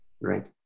right